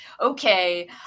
okay